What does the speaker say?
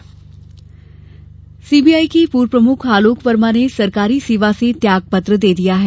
CBI Verma CBI के पूर्व प्रमुख आलोक वर्मा ने सरकारी सेवा से त्याग पत्र दे दिया है